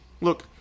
look